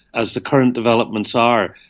as the current developments are,